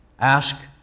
ask